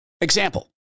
example